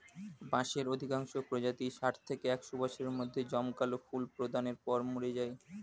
বাঁশের অধিকাংশ প্রজাতিই ষাট থেকে একশ বছরের মধ্যে জমকালো ফুল প্রদানের পর মরে যায়